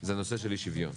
זה נושא אי השוויון.